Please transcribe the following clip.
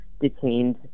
detained